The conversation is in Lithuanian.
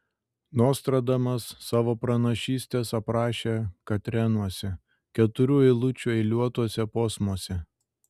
nostradamas savo pranašystes aprašė katrenuose keturių eilučių eiliuotuose posmuose